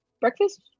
Breakfast